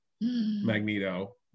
magneto